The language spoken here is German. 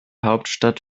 hauptstadt